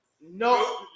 no